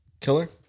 Killer